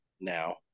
now